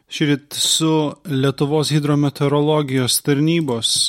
šįryt su lietuvos hidrometeorologijos tarnybos